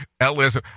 Ellis